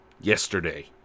yesterday